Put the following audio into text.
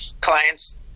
clients